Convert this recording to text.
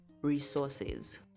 resources